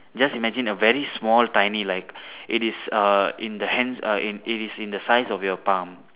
just imagine a very small tiny like it is uh in the hands uh it is in the size of your palm